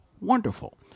wonderful